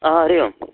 आ हरिः ओम्